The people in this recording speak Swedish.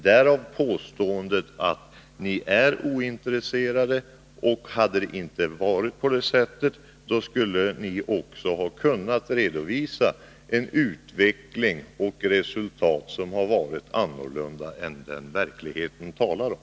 Därav påståendet att ni är ointresserade. Och hade det inte varit på det sättet, då skulle ni också ha kunnat redovisa en utveckling och ett resultat av annorlunda slag än vad verkligheten vittnar om.